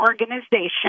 organization